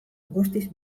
guztiz